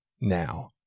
now